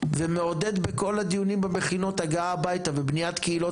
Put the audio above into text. ומעודד בכל הדיונים במכינות הגעה הביתה ובניית קהילות